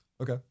Okay